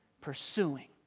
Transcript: pursuing